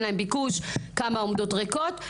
שאין להן ביקוש וכמה עומדות ריקות.